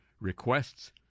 requests